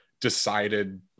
decided